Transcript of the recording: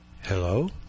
Hello